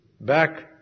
back